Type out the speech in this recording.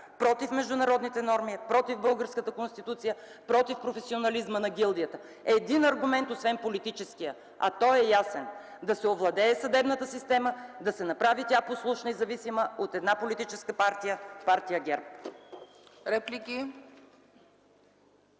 против международните норми, против българската Конституция, против професионализма на гилдията? Един аргумент, освен политическия, а той е ясен: да се овладее съдебната система, да се направи послушна и зависима от една политическа партия – партия ГЕРБ.